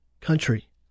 country